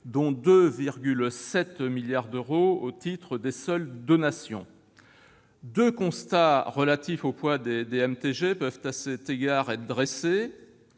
dont 2,7 milliards d'euros au titre des seules donations. Deux constats relatifs au poids des DMTG peuvent être dressés.